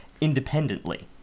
independently